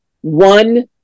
one